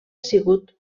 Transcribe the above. sigut